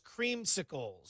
creamsicles